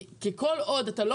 כי כל עוד אתה לא